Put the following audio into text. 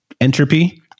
entropy